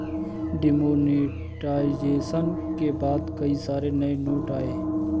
demonetisation के बाद कई सारे नए नोट आये